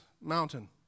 mountain